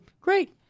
Great